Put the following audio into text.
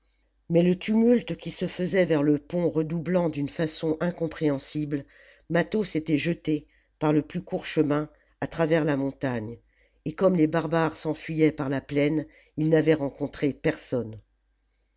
mais le tumulte qui se faisait vers le pont redoublant d'une façon incompréhensible mâtho s'était jeté par le plus court chemin à travers la montagne et comme les barbares s'enfuyaient par la plaine il n'avait rencontré personne